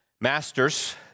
Masters